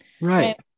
Right